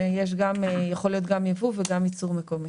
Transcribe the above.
זה יכול להיות גם יבוא וגם ייצור מקומי.